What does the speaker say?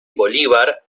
bolívar